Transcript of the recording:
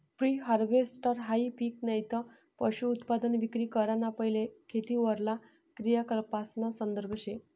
pre हारवेस्टहाई पिक नैते पशुधनउत्पादन विक्री कराना पैले खेतीवरला क्रियाकलापासना संदर्भ शे